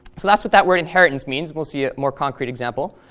so that's what that word inheritance means. we'll see a more concrete example.